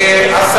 אדוני היושב-ראש,